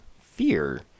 fear